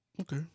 okay